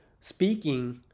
Speaking